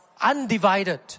undivided